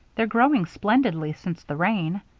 they're growing splendidly since the rain.